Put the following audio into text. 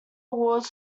awards